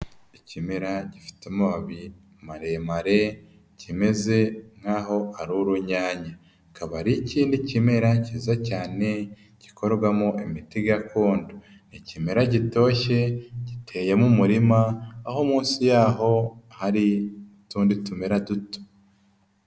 Ikimera gifite amababi maremare, kimeze nk'aho ari urunyanya, akaba ari ikindi kimera kiza cyane gikorwamo imiti gakondo, ikimera gitoshye giteye mu murima, aho munsi yaho hari utundi tumera duto.